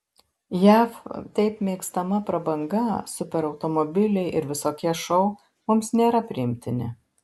jav taip mėgstama prabanga superautomobiliai ir visokie šou mums nėra priimtini